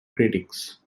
critics